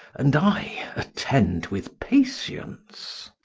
and i attend with patience.